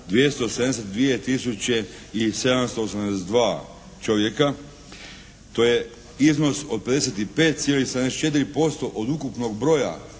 i 782 čovjeka. To je iznos od 55,74% od ukupnog broja